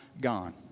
gone